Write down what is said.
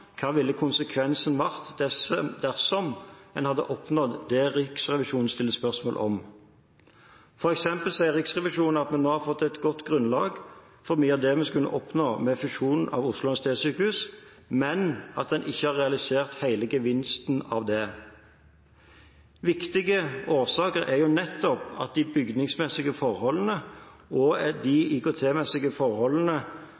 konsekvensen ville vært dersom en hadde oppnådd det Riksrevisjonen stiller spørsmål om. For eksempel sier Riksrevisjonen at vi nå har fått et godt grunnlag for mye av det vi skulle oppnå med fusjonen av Oslo universitetssykehus, men at en ikke har realisert hele gevinsten av det. Viktige årsaker er nettopp at de bygningsmessige og de IKT-messige forholdene